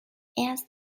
erst